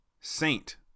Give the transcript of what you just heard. saint